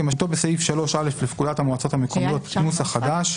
כמשמעותו בסעיף 3(א) לפקודת המועצות המקומיות [נוסח חדש],